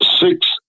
Six